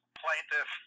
plaintiff